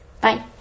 Bye